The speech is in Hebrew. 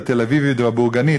התל-אביבית והבורגנית,